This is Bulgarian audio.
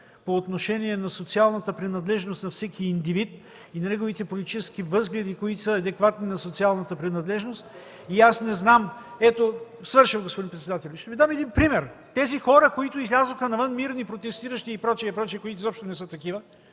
по отношение на социалната принадлежност на всеки индивид и на неговите политически възгледи, които са адекватни на социалната принадлежност. ПРЕДСЕДАТЕЛ АЛИОСМАН ИМАМОВ: Времето! СТАНИСЛАВ СТАНИЛОВ: Свършвам, господин председател. Ще Ви дам един пример. Тези хора, които излязоха навън мирни, протестиращи и прочие, и прочие, които изобщо не са такива,